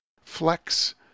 Flex